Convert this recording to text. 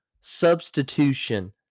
substitution